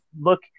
look